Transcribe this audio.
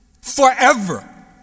Forever